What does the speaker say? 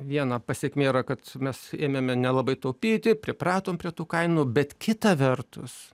viena pasekmė yra kad mes ėmėme nelabai taupyti pripratom prie tų kainų bet kita vertus